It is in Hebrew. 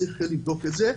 צריך לבדוק את זה,